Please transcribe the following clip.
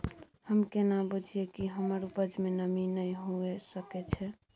हम केना बुझीये कि हमर उपज में नमी नय हुए सके छै?